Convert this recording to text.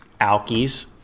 Alkies